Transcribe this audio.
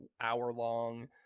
hour-long